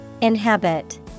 Inhabit